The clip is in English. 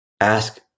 ask